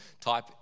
type